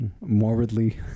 morbidly